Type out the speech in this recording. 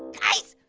guys.